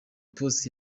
post